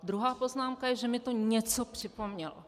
Druhá poznámka je, že mi to něco připomnělo.